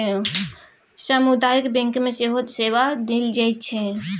सामुदायिक बैंक मे सेहो सेवा देल जाइत छै